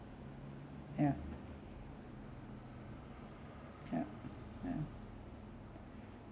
ya ya uh